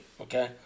okay